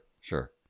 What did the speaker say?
sure